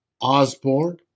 Osborne